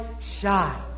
shine